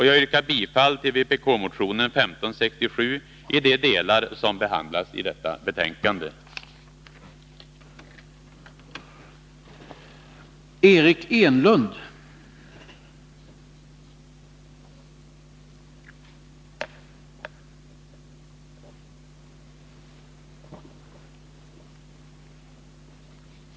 Jag yrkar bifall till vpk-motionen 1567 i de delar som behandlas i finansutskottets betänkande nr 21.